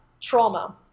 trauma